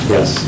Yes